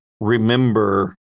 remember